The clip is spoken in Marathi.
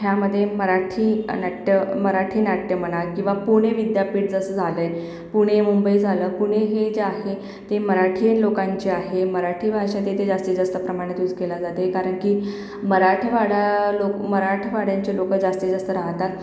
ह्यामध्ये मराठी नाट्य मराठी नाट्य म्हणा किंवा पुणे विद्यापीठ जसं झालंय पुणे मुंबई झालं पुणे हे जे आहे ते मराठीयन लोकांची आहे मराठी भाषा तेथे जास्तीत जास्त प्रमाणात यूज केली जाते कारण की मराठवाडा लोक मराठवाड्याचे लोकं जास्तीत जास्त राहतात